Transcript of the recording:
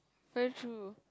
very true